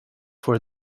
for